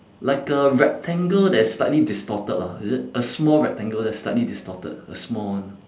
like a rectangle that's slightly distorted lah is it a small rectangle that's slightly distorted a small one